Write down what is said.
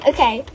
Okay